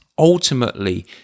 ultimately